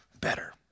better